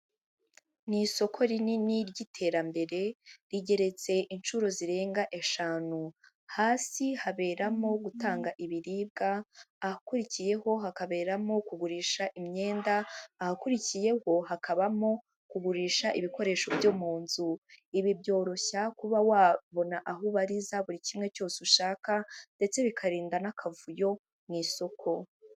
Ni isoko rinini ry'iterambere, rigeretse inshuro zirenga eshanu, hasi haberamo gutanga ibiribwa, ahakurikiyeho hakaberamo kugurisha imyenda, ahakurikiyeho hakabamo kugurisha ibikoresho byo mu nzu, ibi byoroshya kuba wabona aho ubariza buri kimwe cyose ushaka, ndetse bikarinda n'akavuyo mu isoko.